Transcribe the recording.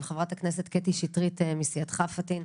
חברת הכנסת קטי שטרית מסייעתך פטין,